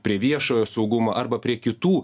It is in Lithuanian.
prie viešojo saugumo arba prie kitų